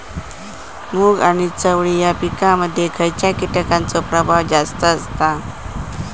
मूग आणि चवळी या पिकांमध्ये खैयच्या कीटकांचो प्रभाव जास्त असता?